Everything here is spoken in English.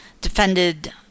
defended –